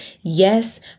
Yes